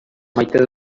maite